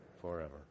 forever